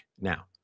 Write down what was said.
now